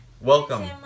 Welcome